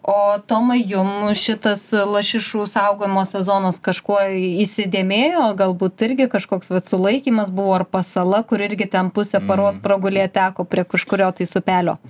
o tomai jum šitas lašišų saugojimo sezonas kažkuo įsidėmėjo galbūt irgi kažkoks vat sulaikymas buvo ar pasala kur irgi ten puse paros pragulėt teko prie kažkurio tais upelio